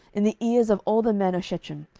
in the ears of all the men of shechem,